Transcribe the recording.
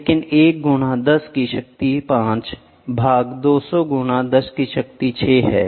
लेकिन 1 गुना 10 की शक्ति 5 भाग 200 गुना 10 की शक्ति 6 है